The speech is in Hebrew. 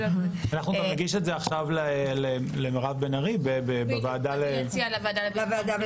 אנחנו גם נגיש את זה עכשיו למירב בן ארי בוועדה לביטחון פנים.